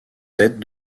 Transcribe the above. tête